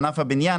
ענף הבניין,